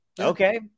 Okay